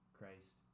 Christ